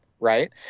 right